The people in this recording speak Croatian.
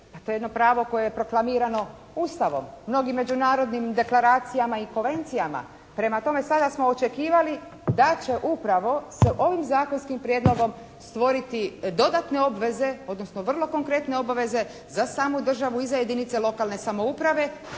to je jedno pravo koje je proklamirano Ustavom, mnogim međunarodnim deklaracijama i konvencijama. Prema tome, sada smo očekivali da će upravo sa ovim zakonskim prijedlogom stvoriti dodatne obveze, odnosno vrlo konkretne obveze za samu državu i za jedinice lokalne samouprave